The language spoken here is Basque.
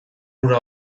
hura